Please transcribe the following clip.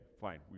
fine